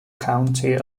county